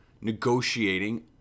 negotiating